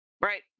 Right